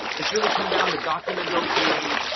it's really come down to document, don't create,